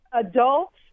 adults